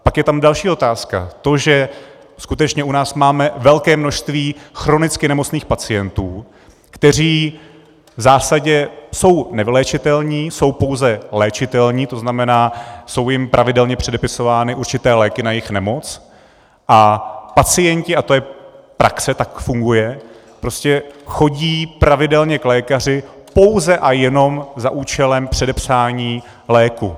Pak je tam další otázka, to, že skutečně u nás máme velké množství chronicky nemocných pacientů, kteří v zásadě jsou nevyléčitelní, jsou pouze léčitelní, to znamená, jsou jim pravidelně předepisovány určité léky na jejich nemoc, a pacienti praxe tak funguje prostě chodí pravidelně k lékaři pouze a jenom za účelem předepsáni léku.